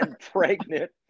pregnant